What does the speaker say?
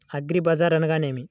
అగ్రిబజార్ అనగా నేమి?